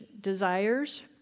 desires